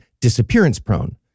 disappearance-prone